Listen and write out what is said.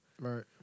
right